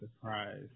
surprise